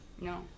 No